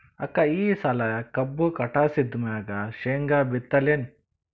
ಅಕ್ಕ ಈ ಸಲಿ ಕಬ್ಬು ಕಟಾಸಿದ್ ಮ್ಯಾಗ, ಶೇಂಗಾ ಬಿತ್ತಲೇನು?